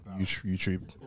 YouTube